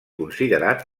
considerat